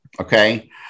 Okay